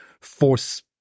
force